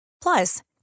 Plus